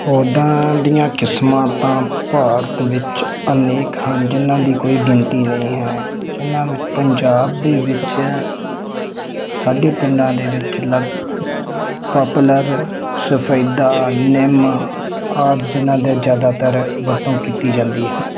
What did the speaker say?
ਪੌਦਾਂ ਦੀਆਂ ਕਿਸਮਾਂ ਤਾਂ ਭਾਰਤ ਵਿੱਚ ਅਨੇਕਾਂ ਜਿਨ੍ਹਾਂ ਦੀ ਕੋਈ ਗਿਣਤੀ ਨਹੀਂ ਹੈ ਜਿਨ੍ਹਾਂ ਵਿੱਚ ਪੰਜਾਬ ਦੇ ਵਿੱਚ ਸਾਡੇ ਪਿੰਡਾਂ ਦੇ ਵਿੱਚ ਲਗ ਪਾਪੂਲਰ ਸਫੈਦਾ ਨਿੰਮ ਆਦਿ ਜਿਹਨਾਂ ਦਾ ਜ਼ਿਆਦਾਤਰ ਵਰਤੋਂ ਕੀਤੀ ਜਾਂਦੀ ਹੈ